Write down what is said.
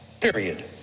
period